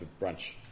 brunch